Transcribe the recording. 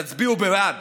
תצביעו בעד